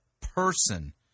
person